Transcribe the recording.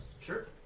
Sure